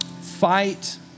fight